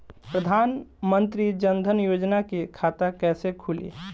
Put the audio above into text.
प्रधान मंत्री जनधन योजना के खाता कैसे खुली?